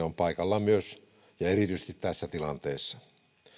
on myös paikallaan ja erityisesti tässä tilanteessa